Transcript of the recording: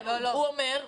הוא אומר.